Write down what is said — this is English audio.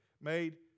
made